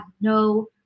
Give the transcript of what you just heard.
no –